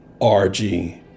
RG